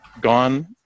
gone –